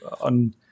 on